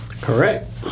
Correct